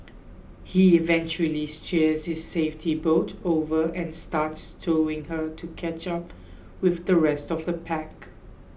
he eventually steers his safety boat over and starts towing her to catch up with the rest of the pack